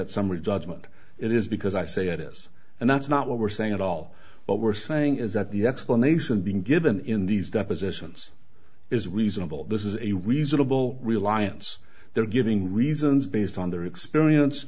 judgment it is because i say it is and that's not what we're saying at all what we're saying is that the explanation being given in these depositions is reasonable this is a reasonable reliance they're giving reasons based on their experience